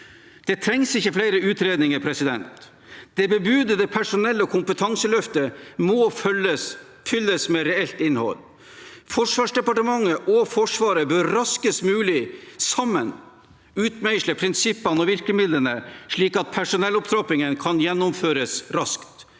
Det trengs ikke flere utredninger. Det bebudede personell- og kompetanseløftet må fylles med reelt innhold. Forsvarsdepartementet og Forsvaret bør raskest mulig sammen utmeisle prinsippene og virkemidlene, slik at personellopptrappingen kan gjennomføres raskt.